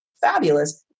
fabulous